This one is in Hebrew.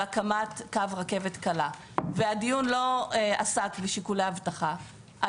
הקמת קו רכבת קלה והדיון לא עסק בשיקולי אבטחה,